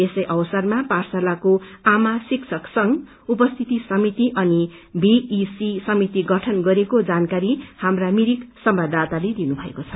यसै अवसरमा पाठशालाको आमा शिक्षक संघ उपस्थिति समिति अनि भीईसी समिति गठन गरिएको जानकारी हाम्रा मिरिक संवाददाताले दिनुभएको छ